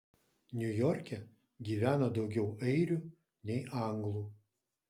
niujorke gyveno daugiau airių nei anglų